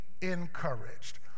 encouraged